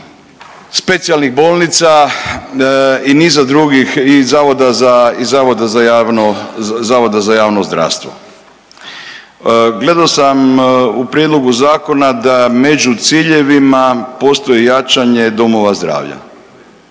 specijalnih bolnica i niza drugih, i zavoda za, zavoda za javno zdravstvo. Gledao sam u prijedlogu zakona da među ciljevima postoji jačanje domova zdravlja.